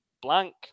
Blank